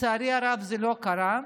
לצערי הרב, זה לא קרה.